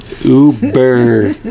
Uber